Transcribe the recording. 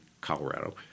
Colorado